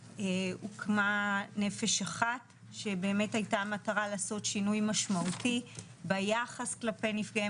הוקמה נפש אחת שבאמת הייתה מטרה לעשות שינוי משמעותי ביחס כלפי נפגעי